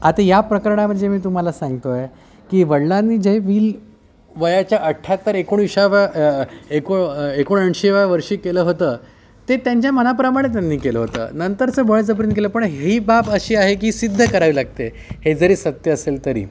आता या प्रकरणात जे मी तुम्हाला सांगतो आहे की वडिलांनी जे विल वयाच्या अठ्ठ्याहत्तर एकोणविसाव्या एको एकोणऐंशीव्या वर्षी केलं होतं ते त्यांच्या मनाप्रमाणे त्यांनी केलं होतं नंतरचं बळजबरीनं केलं पण ही बाब अशी आहे की सिद्ध करावी लागते हे जरी सत्य असेल तरी